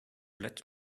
let